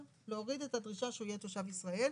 להוריד את הדרישה שהוא יהיה תושב ישראל,